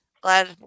Glad